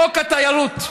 חוק שירותי התיירות,